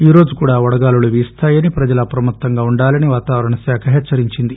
ఈరోజు కూడా వడగాలులు వీస్తాయని ప్రజలు అప్రమత్తంగా ఉండాలని వాతావరణ శాఖ హెచ్చరించింది